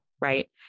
right